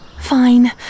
Fine